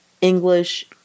English